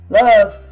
love